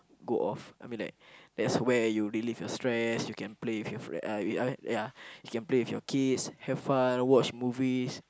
go off I mean like that's where you relief your stress you can play with your friend uh uh uh ya you can play with your kids have fun watch movies